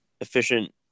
efficient